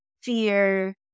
fear